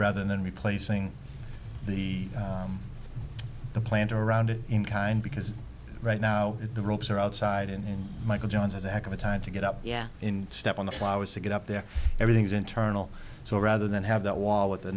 rather than replacing the plant around it in kind because right now the ropes are outside and michael johns has a heck of a time to get up yeah in step on the flowers to get up there everything's internal so rather than have that